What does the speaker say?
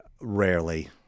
Rarely